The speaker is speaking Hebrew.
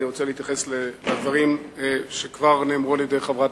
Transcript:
אני רוצה להתייחס לדברים שכבר נאמרו על-ידי חברת